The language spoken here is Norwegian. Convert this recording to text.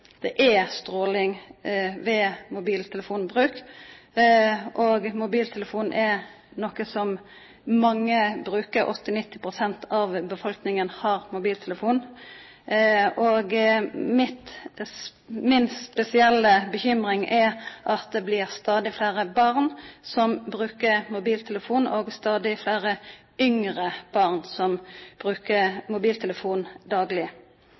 det er stråling ved mobiltelefonbruk, og mobiltelefon er noko som mange brukar. 80–90 pst. av befolkninga har mobiltelefon. Mi spesielle bekymring er at det blir stadig fleire barn og stadig fleire yngre barn som brukar mobiltelefon dagleg.